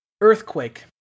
earthquake